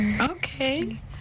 Okay